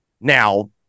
Now